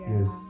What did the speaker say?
Yes